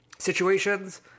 situations